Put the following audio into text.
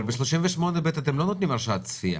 אבל בסעיף קטן 38(ב) אתם לא נותנים הרשאת צפייה.